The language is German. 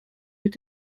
mit